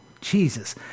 Jesus